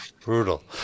brutal